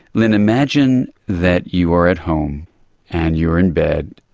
and imagine that you are at home and you're in bed,